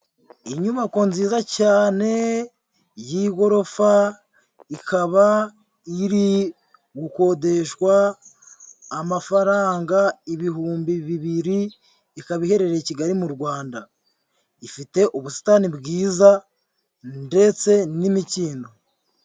Inyubako nziza cyane y'igorofa, ikaba iri gukodeshwa amafaranga ibihumbi bibiri, ikaba iherereye i Kigali mu Rwanda, ifite ubusitani bwiza ndetse n'imikindo.